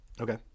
okay